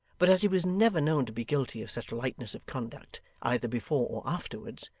but as he was never known to be guilty of such lightness of conduct either before or afterwards,